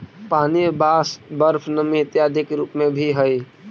पानी वाष्प, बर्फ नमी इत्यादि के रूप में भी हई